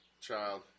child